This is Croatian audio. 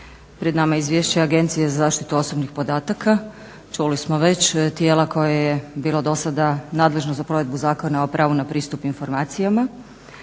Pred nama je Izvješće Agencije za zaštitu osobnih podataka. Čuli smo već tijela koje je bilo do sada nadležno za provedbu Zakona o pravu na pristup informacijama,